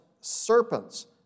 serpents